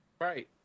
Right